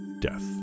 Death